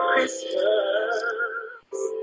Christmas